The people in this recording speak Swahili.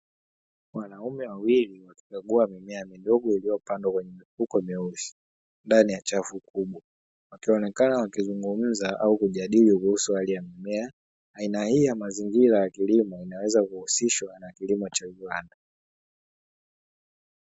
Wanaume wawili wakikagua mimea midogo iliyopandwa kwenye mifuko meusi ndani ya chafu kubwa wakionekana wakizungumza au kujadili kuhusu hali ya mimea. Aina hii ya mazingira ya kilimo inaweza kuhusishwa na kilimo cha viwanda.